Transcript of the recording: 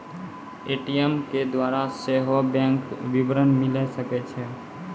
ATM के द्वारा सेहो बैंक विबरण मिले सकै छै